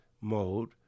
mode